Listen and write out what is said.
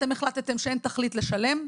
אתם החלטתם שאין תכלית לשלם,